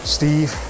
Steve